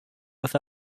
with